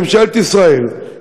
ממשלת ישראל,